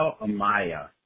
Amaya